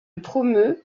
promeut